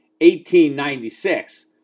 1896